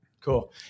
cool